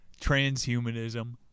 transhumanism